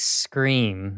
scream